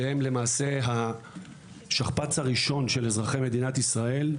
שהם למעשה השכפ"ץ הראשון של אזרחי מדינת ישראל,